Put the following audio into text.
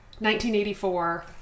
1984